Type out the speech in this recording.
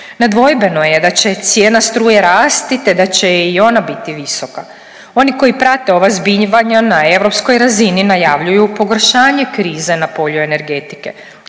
Nedvojbeno je da će cijena struje rasti, te da će i ona biti visoka. Oni koji prate ova zbivanja na europskoj razini najavljuju pogoršanje krize na polju energetike